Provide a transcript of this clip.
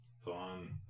Fun